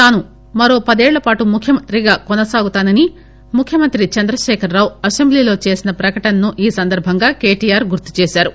తాను మరో పదేళ్లపాటు ముఖ్యమంత్రిగా కొనసాగుతానని ముఖ్యమంత్రి చంద్రశేఖర్ రావు అసెంబ్లీలో చేసిన ప్రకటనను ఈ సందర్బంగా కెటిఆర్ గుర్తు చేశారు